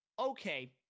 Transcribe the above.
okay